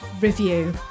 review